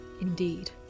Indeed